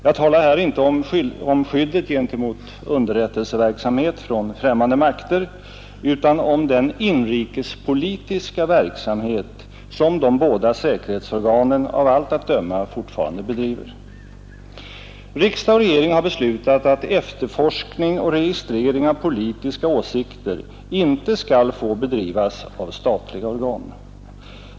Jag talar här inte om skyddet gentemot underrättelseverksamhet från främmande makter, utan om den inrikespolitiska verksamhet som de båda säkerhetsorganen av allt att döma fortfarande bedriver. Riksdag och regering har beslutat att efterforskning och registrering av politiska åsikter inte skall få bedrivas av statliga organ.